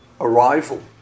arrival